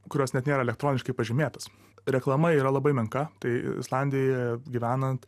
kurios net nėra elektroniškai pažymėtos reklama yra labai menka tai islandijoje gyvenant